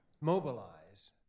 mobilize